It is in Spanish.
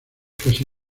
casi